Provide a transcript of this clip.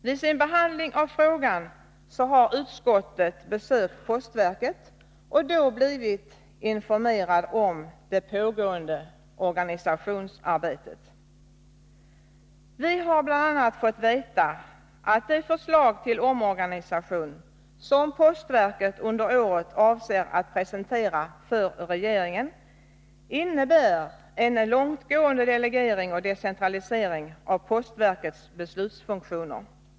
Vid sin behandling av frågan har utskottet besökt postverket och då blivit informerat om det pågående organisationsarbetet. Vi har bl.a. fått veta att det förslag till omorganisation som postverket under året avser att presentera för regeringen innebär en långtgående delegering och decentralisering av postverkets beslutsfunktioner.